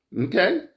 Okay